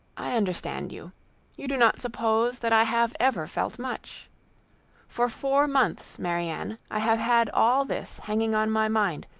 i understand you you do not suppose that i have ever felt much for four months, marianne, i have had all this hanging on my mind,